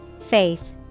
Faith